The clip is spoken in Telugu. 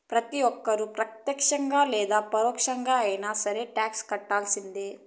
ప్రతి ఒక్కళ్ళు ప్రత్యక్షంగా లేదా పరోక్షంగా అయినా సరే టాక్స్ కట్టాల్సిందే